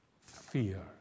fear